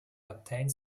obtained